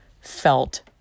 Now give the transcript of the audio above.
felt